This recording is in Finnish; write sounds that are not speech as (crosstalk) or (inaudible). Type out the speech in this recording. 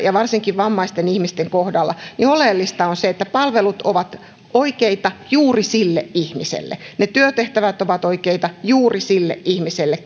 varsinkin vammaisten ihmisten kohdalla niin oleellista on se että palvelut ovat oikeita juuri sille ihmiselle ne työtehtävät ovat oikeita juuri sille ihmiselle (unintelligible)